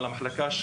אבל המחלקה,